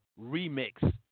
remix